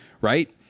right